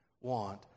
want